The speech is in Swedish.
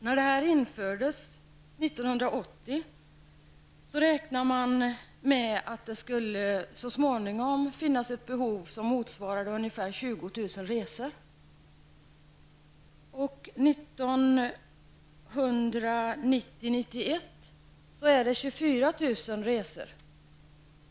När riksfärdtjänsten infördes 1980 räknade man med att det så småningom skulle finnas ett behov som motsvarade ungefär 20 000 resor. 1990/91 handlar det om 24 000 resor.